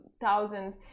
thousands